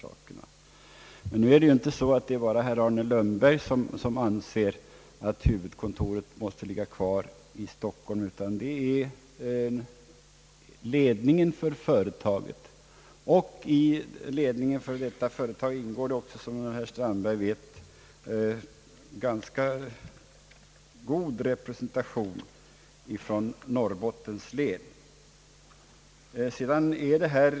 Men det är ju inte bara herr Arne Lundberg, som anser att huvudkontoret måste ligga kvar i Stockholm, utan det gör hela företagets ledning, och i den ingår som herr Strandberg vet en ganska god representation för Norrbottens län.